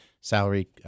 salary